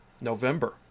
November